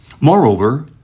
Moreover